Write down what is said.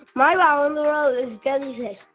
my wow in the world is jellyfish.